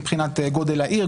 מבחינת גודל העיר,